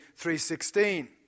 3.16